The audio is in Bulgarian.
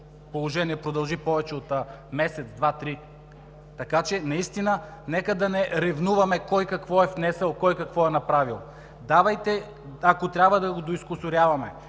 положение продължи повече от месец, два, три. Така че нека да не ревнуваме кой какво е внесъл, кой какво е направил. Давайте – ако трябва, да го доизкусуряваме.